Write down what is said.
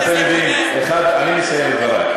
אני אסיים את דברי.